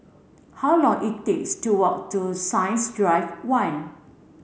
how long it takes to walk to Science Drive one